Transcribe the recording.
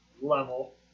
level